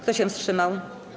Kto się wstrzymał?